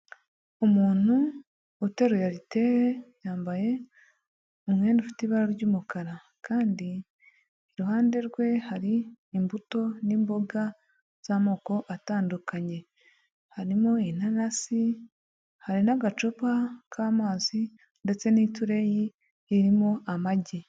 Umuntu uteruye ariteri yambaye umwenda ufite ibara ry'umukara, kandi iruhande rwe hari imbuto n'imboga z'amoko atandukanye harimo innanasi, hari n'agacupa k'amazi ndetse n'itureyi irimo amagi.